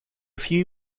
few